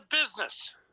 business